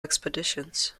expeditions